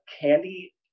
candy